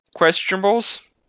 questionables